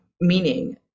meaning